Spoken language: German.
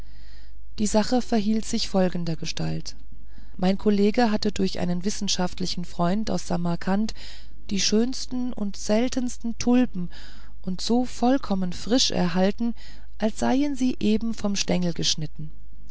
die sache verhielt sich folgendergestalt mein kollege hatte durch einen wissenschaftlichen freund aus samarkand die schönsten und seltensten tulpen und so vollkommen frisch erhalten als seien sie eben vom stengel geschnitten